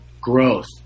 growth